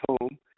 home